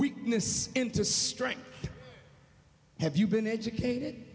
weakness into strength have you been educated